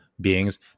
beings